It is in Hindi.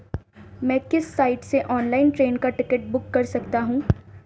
मैं किस साइट से ऑनलाइन ट्रेन का टिकट बुक कर सकता हूँ?